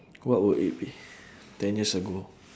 what would it be ten years ago